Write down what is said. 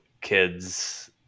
kids